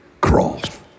cross